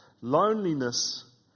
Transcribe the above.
loneliness